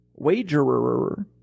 Wagerer